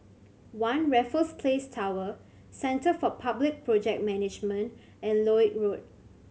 One Raffles Place Tower Centre for Public Project Management and Lloyd Road